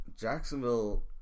Jacksonville